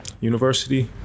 University